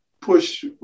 push